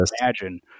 imagine